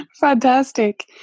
Fantastic